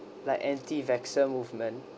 like anti vaccine movement